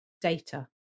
data